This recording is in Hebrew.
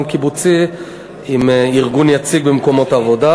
קיבוצי עם ארגון יציג במקומות העבודה,